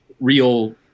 real